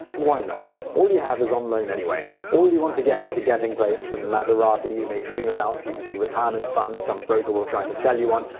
and why not? all you have is on loan, anyway. all you want to get at the getting place, from the maserati you may dream about to the retirement fund some broker will try to sell you on,